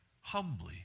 humbly